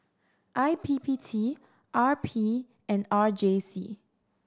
I P P T R P and R J C